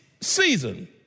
season